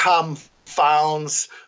confounds